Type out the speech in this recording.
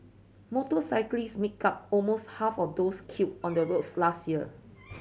motorcyclist make up almost half of those killed on the roads last year